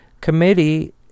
committee